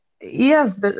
Yes